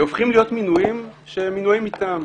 הופכים להיות מינויים מטעם,